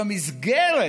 שבמסגרת